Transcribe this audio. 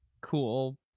cool